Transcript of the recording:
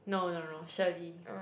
no no no Shirley